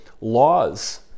laws